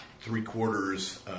three-quarters